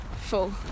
full